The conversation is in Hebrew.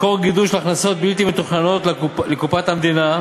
מקור גידול של הכנסות בלתי מתוכננות לקופת המדינה.